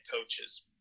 coaches